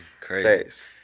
crazy